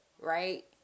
Right